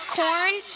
corn